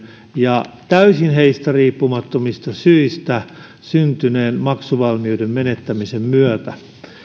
ja täysin heistä riippumattomista syistä syntyneen maksuvalmiuden menettämisen myötä